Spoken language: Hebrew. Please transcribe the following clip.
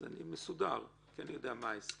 אני מסודר, כי אני יודע מה ההסכם,